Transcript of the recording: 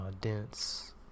dense